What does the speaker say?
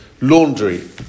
Laundry